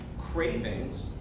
Cravings